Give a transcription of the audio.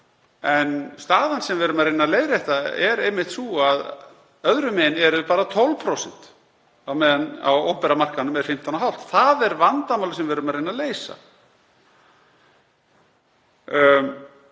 en staðan sem við erum að reyna að leiðrétta er einmitt sú að öðrum megin eru bara 12% á meðan á opinbera markaðnum eru 15,5%. Það er vandamálið sem við erum að reyna að leysa.